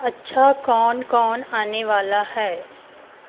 अच्छा कौन कौन आने वाला है